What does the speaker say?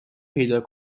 پیدا